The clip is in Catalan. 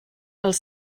els